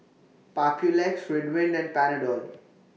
Papulex Ridwind and Panadol